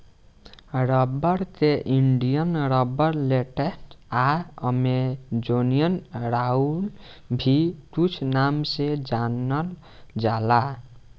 rubber के Indian rubber, latex आ Amazonian आउर भी कुछ नाम से जानल जाला